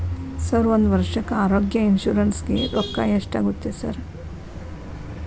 Sir ಒಂದು ವರ್ಷಕ್ಕೆ ಆರೋಗ್ಯ ಇನ್ಶೂರೆನ್ಸ್ ಗೇ ರೊಕ್ಕಾ ಎಷ್ಟಾಗುತ್ತೆ ಸರ್?